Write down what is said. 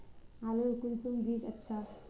आलूर कुंसम बीज अच्छा?